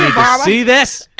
see this.